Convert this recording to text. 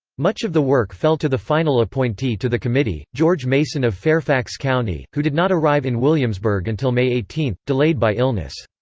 much of the work fell to the final appointee to the committee, george mason of fairfax county, who did not arrive in williamsburg until may eighteen, delayed by illness.